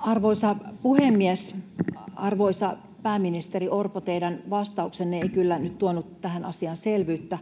Arvoisa puhemies! Arvoisa pääministeri Orpo, teidän vastauksenne ei kyllä nyt tuonut tähän asiaan selvyyttä.